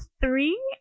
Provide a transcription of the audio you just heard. three